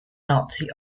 nazi